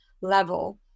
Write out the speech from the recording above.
level